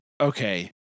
okay